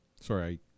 Sorry